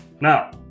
Now